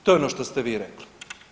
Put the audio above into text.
To je ono što ste vi rekli.